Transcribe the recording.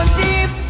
deep